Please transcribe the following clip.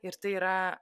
ir tai yra